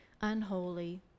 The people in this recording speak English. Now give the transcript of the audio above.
unholy